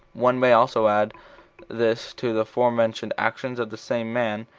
one may also add this to the forementioned actions of the same man,